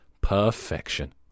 perfection